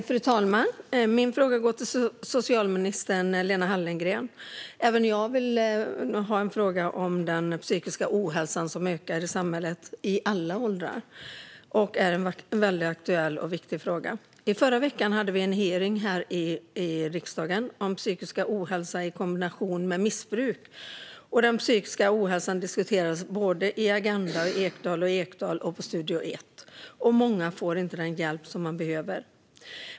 Fru talman! Min fråga går till socialminister Lena Hallengren. Även jag vill ställa en fråga om den psykiska ohälsan, som ökar i alla åldrar i samhället. Det är en aktuell och viktig fråga. I förra veckan hölls en hearing i riksdagen om psykisk ohälsa i kombination med missbruk. Den psykiska ohälsan diskuterades i Agenda, Ekdal och Ekdal och Studio Ett . Många får inte den hjälp de behöver.